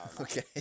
okay